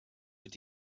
mit